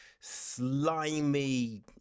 slimy